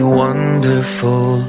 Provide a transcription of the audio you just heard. wonderful